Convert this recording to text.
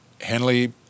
Henley